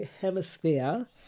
hemisphere